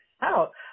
out